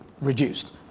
reduced